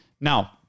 now